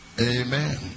Amen